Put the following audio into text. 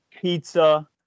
pizza